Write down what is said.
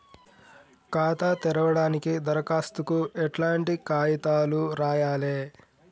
ఖాతా తెరవడానికి దరఖాస్తుకు ఎట్లాంటి కాయితాలు రాయాలే?